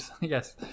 Yes